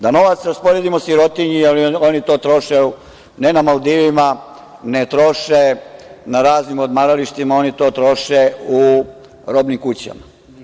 Da novac raspodelimo sirotinji, jer oni to troše, ne na Maldivima, ne troše na raznim odmaralištima, oni to troše u robnim kućama.